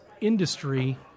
industry